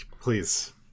please